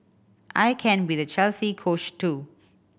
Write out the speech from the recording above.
I can be the Chelsea Coach too